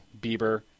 Bieber